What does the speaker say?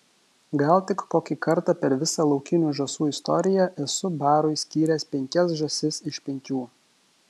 gal tik kokį kartą per visą laukinių žąsų istoriją esu barui skyręs penkias žąsis iš penkių